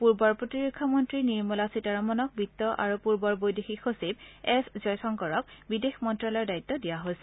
পূৰ্বৰ প্ৰতিৰক্ষা মন্ত্ৰী নিৰ্মলা সীতাৰামনক বিত্ত আৰু পূৰ্বৰ বৈদেশিক সচিব এছ জয় শংকৰক বিদেশ মন্ত্যালয়ৰ দায়িত্ব দিয়া হৈছে